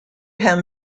hem